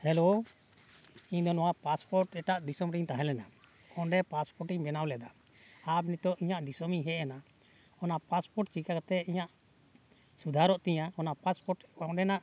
hello ᱤᱧ ᱫᱚ ᱱᱚᱣᱟ ᱯᱟᱥᱯᱳᱨᱴ ᱮᱴᱟᱜ ᱫᱤᱥᱚᱢ ᱨᱮᱧ ᱛᱟᱦᱮᱸ ᱞᱮᱱᱟ ᱚᱸᱰᱮ ᱯᱟᱥᱯᱳᱨᱴ ᱤᱧ ᱵᱮᱱᱟᱣ ᱞᱮᱫᱟ ᱟᱢ ᱱᱤᱛᱳᱜ ᱤᱧᱟᱹᱜ ᱫᱤᱥᱚᱢ ᱤᱧ ᱦᱮᱡ ᱮᱱᱟ ᱚᱱᱟ ᱯᱟᱥᱯᱳᱨᱴ ᱪᱤᱠᱟᱹ ᱠᱟᱛᱮᱫ ᱤᱧᱟᱹᱜ ᱥᱩᱫᱷᱟᱨᱚᱜ ᱛᱤᱧᱟᱹ ᱚᱱᱟ ᱯᱟᱥᱯᱳᱨᱴ ᱚᱸᱰᱮᱱᱟᱜ